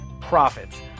profits